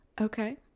okay